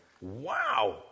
wow